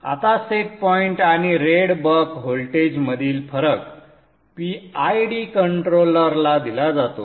आता set point आणि read back व्होल्टेजमधील फरक PID कंट्रोलर ला दिला जातो